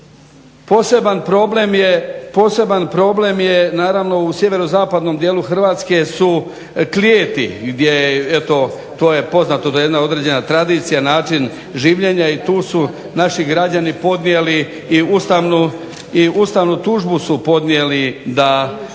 Poseban problem je naravno u sjeverozapadnom dijelu Hrvatske su klijeti, gdje eto to je poznato da jedna određena tradicija, način življenja i tu su naši građani podnijeli i ustavnu tužbu da zbog toga.